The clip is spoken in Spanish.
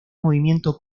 movimiento